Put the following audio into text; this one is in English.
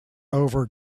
over